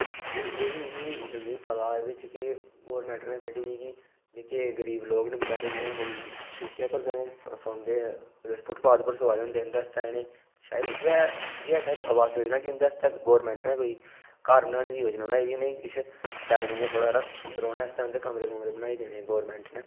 ते एह् बी मिकी मीं पता एह्दे च के गोरमैंट ने कड्ढी दी कि जेह्के गरीब लोक न बचारे जि'यां कोई शिड़कें उप्पर कदें सोंदे फुटपाथ पर सोआ दे होंदे उं'दे आस्तै इ'नें शायद इ'ऐ इ'ऐ शायद आवास योजना की उं'दे आस्तै गोरमैंट न कोई घर बनाने दी योजना बनाई दी उ'नें ई किश शैल इ'यां थोह्ड़ा हारा रौह्ने आस्तै उं'दे कमरे कुमरे बनाई देने गोरमैंट ने